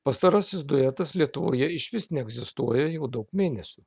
pastarasis duetas lietuvoje išvis neegzistuoja jau daug mėnesių